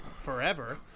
forever